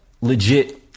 legit